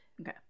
Okay